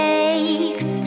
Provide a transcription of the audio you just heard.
Makes